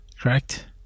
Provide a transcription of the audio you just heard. correct